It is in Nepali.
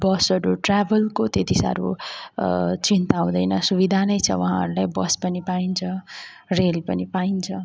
बसहरू ट्राभलको त्यति साह्रो चिन्ता हुँदैन सुविधा नै छ उहाँहरूलाई बस पनि पाइन्छ रेल पनि पाइन्छ